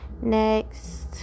Next